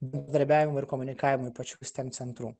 bendradarbiavimui ir komunikavimui pačių steam centrų